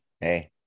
Hey